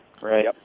Right